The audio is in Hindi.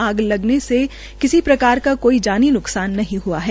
आग लगने से किसी प्रकार का कोई जानी नुक्सान रनहीं हुआ है